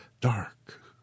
dark